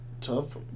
Tough